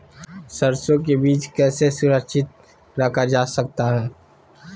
सरसो के बीज कैसे सुरक्षित रखा जा सकता है?